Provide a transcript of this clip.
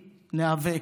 ניאבק.